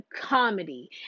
comedy